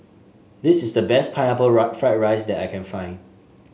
this is the best Pineapple Fried Rice that I can find